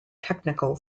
technical